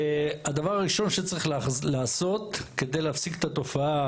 הדבר הראשון שצריך לעשות כדי להפסיק את התופעה